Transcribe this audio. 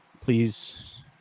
please